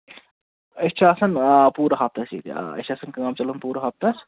أسی چھِ آسان آ پوٗرٕ ہَفتس ییٚتہِ آ أسۍ چھِ آسان کٲم چَلان پوٗرٕ ہَفتس